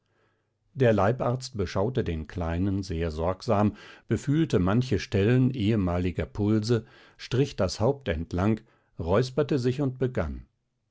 der leibarzt beschaute den kleinen sehr sorgsam befühlte manche stellen ehemaliger pulse strich das haupt entlang räusperte sich und begann